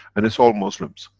and is all muslims.